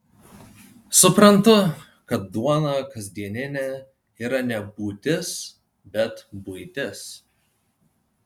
suprantu kad duona kasdieninė yra ne būtis bet buitis